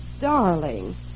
darling